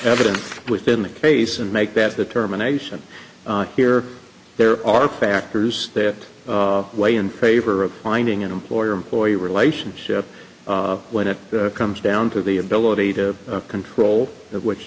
evident within the case and make that determination here there are factors that weigh in favor of finding an employer employee relationship when it comes down to the ability to control it which